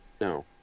No